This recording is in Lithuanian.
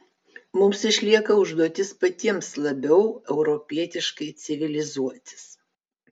mums išlieka užduotis patiems labiau europietiškai civilizuotis